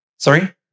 Sorry